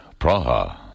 Praha